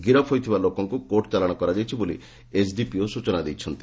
ଗିରଫ ହୋଇଥିବା ଲୋକଙ୍ଙୁ କୋର୍ଟ ଚାଲାଣ କରାଯାଇଛି ବୋଲି ଏସଡିପିଓ ସ୍ଚନା ଦେଇଛନ୍ତି